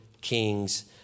kings